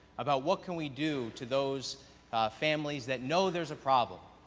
about what can we do to those families that know there is a problem,